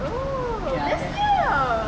oh best nya